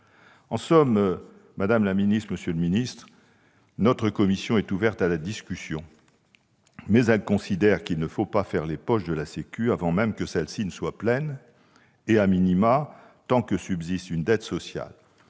En somme, madame la ministre, monsieur le secrétaire d'État, notre commission est ouverte à la discussion, mais elle considère qu'il ne faut pas faire les poches de la sécurité sociale avant même que celles-ci ne soient pleines et, au moins, tant que subsiste une dette sociale.